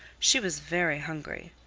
she was very hungry.